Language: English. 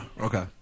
Okay